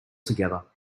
together